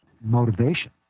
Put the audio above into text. motivation